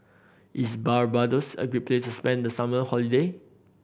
is Barbados a great place to spend the summer holiday